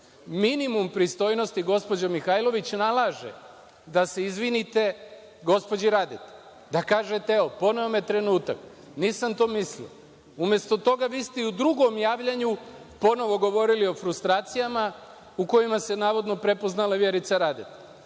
Minimum pristojnosti, gospođo Mihajlović, nalaže da se izvinite gospođi Radeti, da kažete – poneo me je trenutak, nisam to mislila. Umesto toga vi ste i u drugom javljanju ponovo govorili o frustracijama u kojima se navodnom prepoznala Vjerica Radeta.